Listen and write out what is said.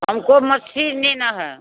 हमको मच्छी लेना है